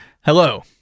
Hello